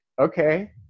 Okay